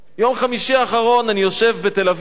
יום חמישי האחרון, אני בתל-אביב,